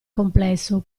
complesso